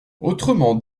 autrement